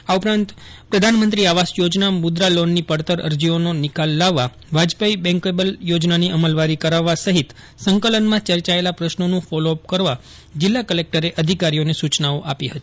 આ ઉપરાંત પ્રધાનર્મંત્રી આવાસ યોજના મુદ્રા લોનની પડતર અરજીઓનો નિકાલ લાવવા વાજપાયી બેંકેબલ યોજનાની અમલવારી કરાવવા સહિત સંકલનમાં ચચયિલ પ્રશ્નોનું ફોલોઅપ કરવા જિલ્લા કલેકટરે અધિકારીઓને સુચનાઓ આપી હતી